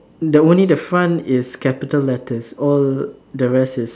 the only the front is capital letters all the rest is